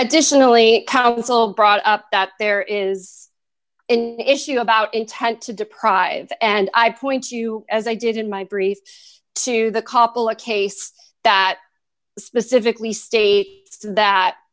additionally counsel brought up that there is an issue about intent to deprive and i point to as i did in my brief to the koppel a case that specifically states that